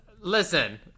Listen